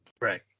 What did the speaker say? Right